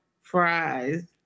fries